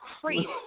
crazy